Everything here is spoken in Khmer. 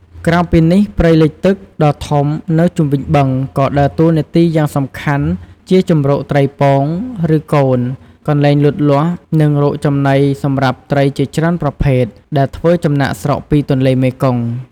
ក្រៅពីនេះ ព្រៃលិចទឹកដ៏ធំនៅជុំវិញបឹងក៏ដើរតួនាទីយ៉ាងសំខាន់ជាជម្រកត្រីពង ឬកូន កន្លែងលូតលាស់ និងរកចំណីសម្រាប់ត្រីជាច្រើនប្រភេទ ដែលធ្វើចំណាកស្រុកពីទន្លេមេគង្គ។